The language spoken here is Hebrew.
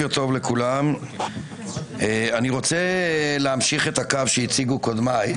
אני רוצה להמשיך את הקו שהציגו קודמיי,